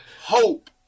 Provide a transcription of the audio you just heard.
hope